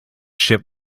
ship